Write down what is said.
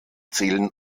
zählen